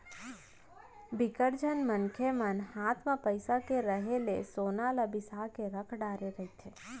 बिकट झन मनसे मन हात म पइसा के रेहे ले सोना ल बिसा के रख डरे रहिथे